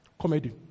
Comedy